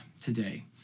today